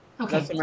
Okay